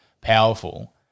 powerful